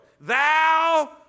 thou